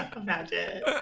Imagine